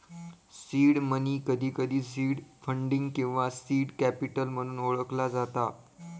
seed money, कधीकधी seed funding किंवा seed capital म्हणून ओळखला जाता